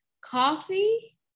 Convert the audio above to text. coffee